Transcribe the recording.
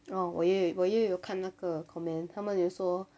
orh 我也我也有看那个 comments 他们有说